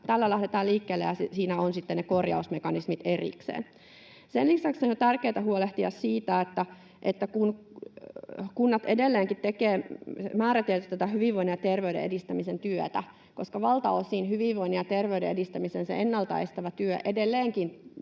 nyt lähdetään liikkeelle ja siinä ovat sitten ne korjausmekanismit erikseen. Sen lisäksi on tärkeätä huolehtia siitä, että kunnat edelleenkin tekevät määrätietoista hyvinvoinnin ja terveyden edistämisen työtä, koska valtaosin hyvinvoinnin ja terveyden edistämisen ennaltaestävä työ edelleenkin